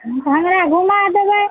तऽ हमरा घुमा देबै